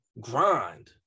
grind